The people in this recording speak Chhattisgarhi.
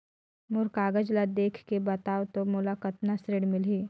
मोर कागज ला देखके बताव तो मोला कतना ऋण मिलही?